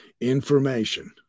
information